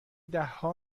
دهها